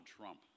Trump